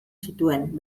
zituen